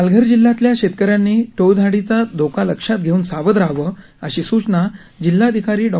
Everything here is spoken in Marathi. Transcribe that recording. पालघर जिल्ह्यातल्या शेतकऱ्यांनी टोळधाडीचा धोका लक्षात घेऊन सावध रहावं अशी सूचना जिल्हाधिकारी डॉ